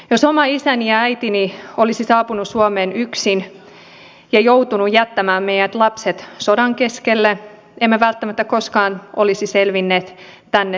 jos oma isäni tai äitini olisi saapunut suomeen yksin ja joutunut jättämään meidät lapset sodan keskelle emme välttämättä koskaan olisi selvinneet tänne saakka